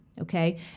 Okay